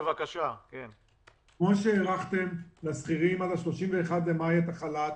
כמו שהארכתם לשכירים עד ה-31 במאי את החל"ת,